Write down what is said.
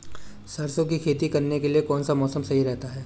सरसों की खेती करने के लिए कौनसा मौसम सही रहता है?